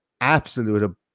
absolute